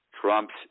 Trump's